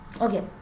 Okay